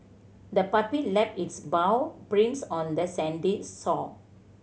the puppy left its paw prints on the sandy sore